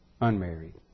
unmarried